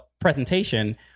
presentation